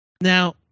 Now